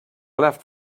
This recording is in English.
left